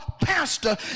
pastor